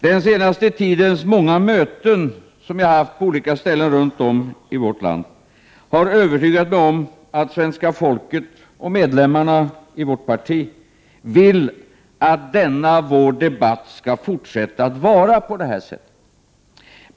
Den senaste tidens många möten som jag har haft på olika ställen runt om i landet har övertygat mig om att det svenska folket — och medlemmarna i vårt parti — vill att denna vår debatt skall fortsätta på det här viset.